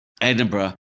Edinburgh